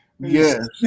Yes